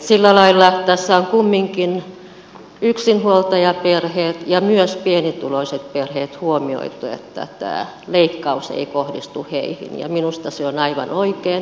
sillä lailla tässä on kumminkin yksinhuoltajaperheet ja myös pienituloiset perheet huomioitu että tämä leikkaus ei kohdistu heihin ja minusta se on aivan oikein